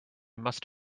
must